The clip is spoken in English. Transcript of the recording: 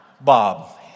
Bob